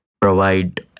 provide